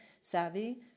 Savvy